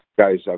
Guys